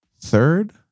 third